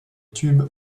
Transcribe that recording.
tubes